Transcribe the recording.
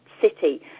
city